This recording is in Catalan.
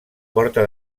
porta